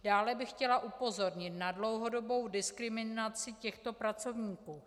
Dále bych chtěla upozornit na dlouhodobou diskriminaci těchto pracovníků.